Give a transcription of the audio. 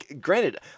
granted